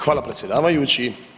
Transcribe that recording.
Hvala predsjedavajući.